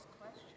question